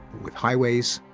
with highways,